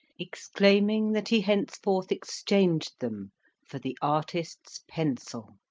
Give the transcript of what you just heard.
exclaiming that he henceforth exchanged them for the artist's pencil.